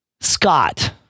Scott